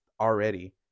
already